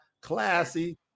classy